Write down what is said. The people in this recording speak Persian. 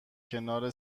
کنار